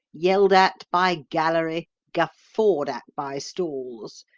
yelled at by gallery, guffawed at by stalls.